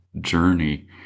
journey